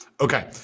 Okay